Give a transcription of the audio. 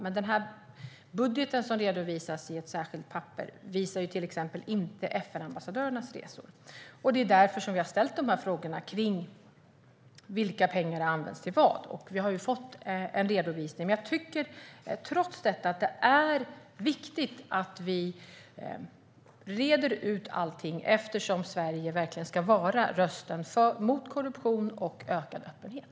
Men den budget som redovisas i ett särskilt papper visar till exempel inte FN-ambassadörernas resor, och det är därför vi har ställt frågorna om vilka pengar som har använts till vad. Vi har fått en redovisning, men jag tycker trots det att det är viktigt att vi reder ut allting eftersom Sverige verkligen ska vara rösten mot korruption och för ökad öppenhet.